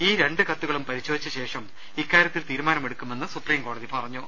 ഈ രണ്ടു കത്തുകളും പരിശോധിച്ചശേഷം ഇക്കാര്യത്തിൽ തീരുമാനമെടുക്കുമെന്ന് സുപ്രീം കോടതി പ്രറഞ്ഞു